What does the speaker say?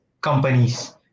companies